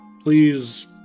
please